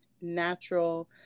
natural